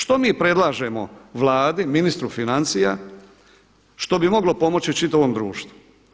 Što mi predlažemo Vladi, ministru financija što bi moglo pomoći čitavom društvu?